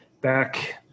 back